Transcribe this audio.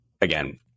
again